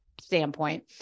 standpoint